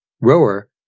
rower